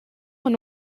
one